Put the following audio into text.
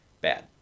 bad